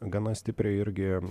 gana stipriai irgi